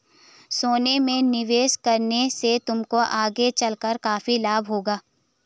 सोने में निवेश करने से तुमको आगे चलकर काफी लाभ होगा